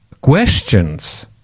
questions